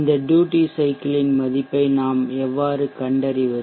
இந்த ட்யூட்டி சைக்கிள்யின் மதிப்பை நாம் எவ்வாறு கண்டறிவது